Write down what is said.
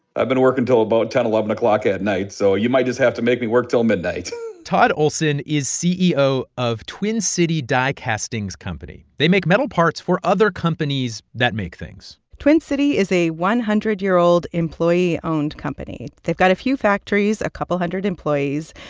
i've been working till about ten zero, eleven zero at night so you might just have to make me work till midnight todd olson is ceo of twin city die castings company. they make metal parts for other companies that make things twin city is a one hundred year old employee-owned company. they've got a few factories, a couple hundred employees.